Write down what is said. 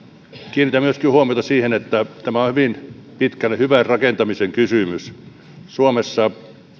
kiinnitän myöskin huomiota siihen että tämä on hyvin pitkälle hyvän rakentamisen kysymys suomessa